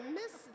miss